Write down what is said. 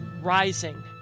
rising